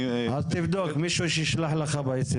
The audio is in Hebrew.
אז, תבדוק, מישהו שיישלח לך בהודעה.